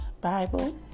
Bible